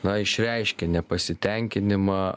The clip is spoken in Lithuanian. na išreiškė nepasitenkinimą